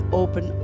open